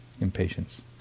impatience